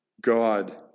God